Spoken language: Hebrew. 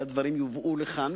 הרי הדברים יובאו לכאן,